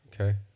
Okay